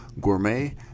Gourmet